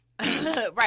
Right